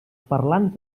parlant